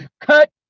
Cut